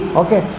okay